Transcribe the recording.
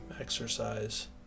exercise